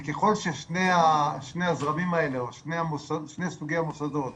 ככל ששני סוגי המוסדות